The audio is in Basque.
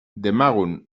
demagun